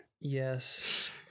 Yes